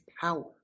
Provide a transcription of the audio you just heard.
power